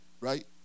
Right